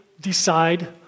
decide